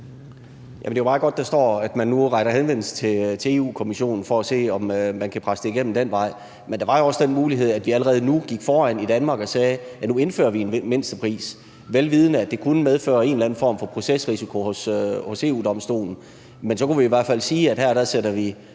der står, at man nu retter henvendelse til Europa-Kommissionen for at se, om man kan presse det igennem ad den vej. Men der var jo også den mulighed, at vi allerede nu gik foran i Danmark og sagde, at nu indfører vi en mindstepris, vel vidende at det kunne medføre en eller anden form for procesrisiko i forhold til EU-Domstolen. Men så kunne vi i hvert fald sige, at her sætter vi